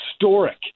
historic